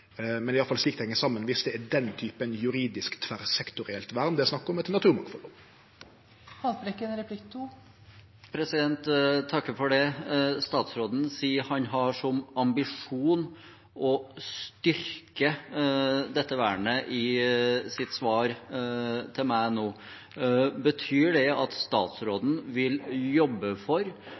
Men det er iallfall slik det heng saman viss det er den typen juridisk tverrsektorielt vern det er snakk om, etter naturmangfaldlova. Statsråden sier at han har som ambisjon å styrke dette vernet, i sitt svar til meg nå. Betyr det at statsråden vil jobbe for